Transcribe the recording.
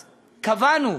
אז קבענו